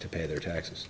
to pay their taxes